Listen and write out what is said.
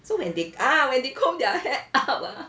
so when they ah when they comb their hair up ah